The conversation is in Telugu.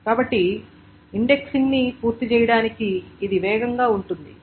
కాబట్టి ఇండెక్సింగ్ ని పూర్తి చేయడానికి ఇది వేగంగా ఉంటుంది